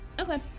Okay